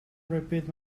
repeat